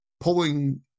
pulling